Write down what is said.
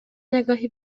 نگاهی